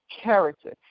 character